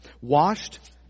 washed